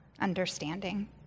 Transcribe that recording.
understanding